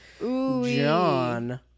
John